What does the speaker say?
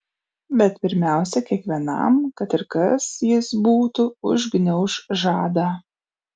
bet pirmiausia kiekvienam kad ir kas jis būtų užgniauš žadą